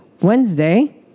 Wednesday